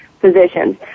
positions